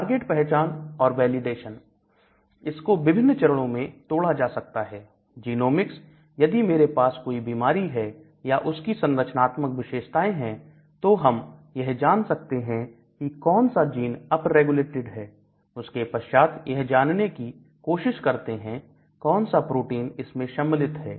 target पहचान और validation इसको विभिन्न चरणों में तोड़ा जा सकता है जीनोमिक्स यदि मेरे पास कोई बीमारी है या उस की संरचनात्मक विशेषताएं हैं तो हम यह जान सकते हैं कि कौन सा जीन अप रेगुलेटेड है उसके पश्चात यह जानने की कोशिश करते हैं कौन सा प्रोटीन इसमें सम्मिलित है